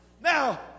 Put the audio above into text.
Now